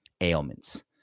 ailments